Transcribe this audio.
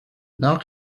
now